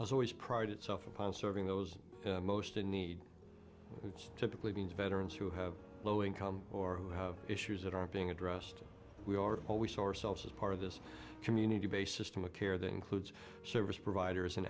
has always prided itself upon serving those most in need it's typically been veterans who have low income or who have issues that are being addressed we are always or selves as part of this community based system of care that includes service providers an